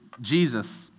Jesus